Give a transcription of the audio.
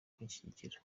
kunshyigikira